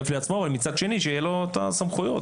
לעצמו ומצד שני שיהיו לא את הסמכויות,